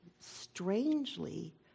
strangely